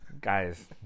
guys